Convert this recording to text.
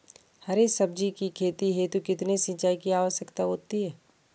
हरी सब्जी की खेती हेतु कितने सिंचाई की आवश्यकता होती है?